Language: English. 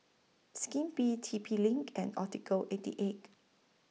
Skippy T P LINK and Optical eighty eight